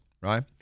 right